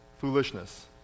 foolishness